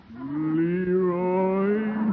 Leroy